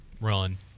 run